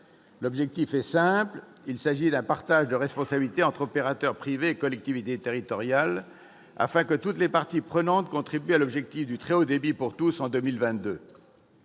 L'objectif est simple : il s'agit d'un partage de responsabilités entre opérateurs privés et collectivités territoriales afin que toutes les parties prenantes contribuent à l'objectif du très haut débit pour tous en 2022.